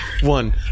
one